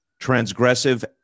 transgressive